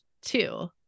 two